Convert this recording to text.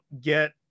get